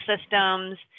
systems